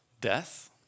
Death